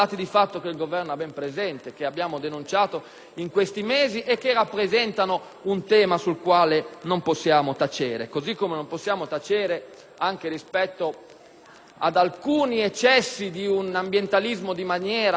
in questi mesi e che rappresentano un tema sul quale non possiamo tacere. Così come non possiamo tacere gli eccessi di un ambientalismo di maniera, che ha impedito il rinnovamento delle città ed